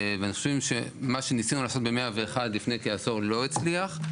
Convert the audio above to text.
מה שניסינו לעשות ב-101 לפני כעשור לא הצליח,